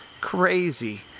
Crazy